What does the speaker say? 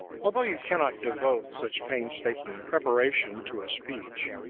although you cannot devote such painstaking preparation to a speech,